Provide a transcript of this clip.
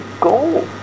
go